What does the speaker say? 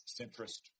centrist